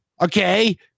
okay